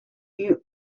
you